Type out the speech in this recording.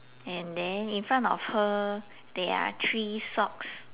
and then in front of her there are three socks